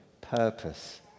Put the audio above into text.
purpose